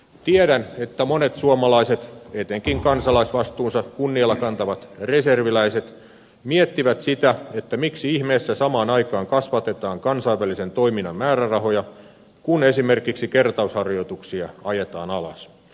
tiedän että monet suomalaiset etenkin kansalaisvastuunsa kunnialla kantavat reserviläiset miettivät sitä miksi ihmeessä samaan aikaan kasvatetaan kansainvälisen toiminnan määrärahoja kun esimerkiksi kertausharjoituksia ajetaan alas